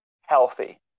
healthy